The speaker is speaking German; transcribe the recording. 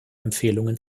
empfehlungen